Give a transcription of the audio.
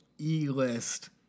e-list